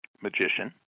magician